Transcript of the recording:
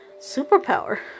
superpower